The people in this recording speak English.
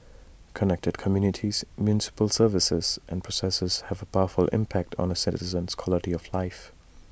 connected communities municipal services and processes have A powerful impact on A citizen's quality of life